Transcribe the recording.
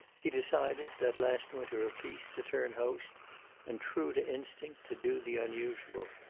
he decided, that last winter of peace, to turn host and, true to instinct, to do the unusual.